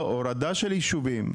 לא, הורדה של יישובים.